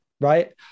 right